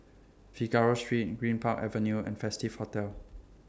Figaro Street Greenpark Avenue and Festive Hotel